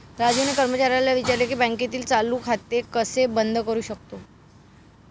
राजूने कर्मचाऱ्याला विचारले की बँकेतील चालू खाते कसे बंद करू शकतो?